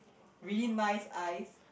really nice eyes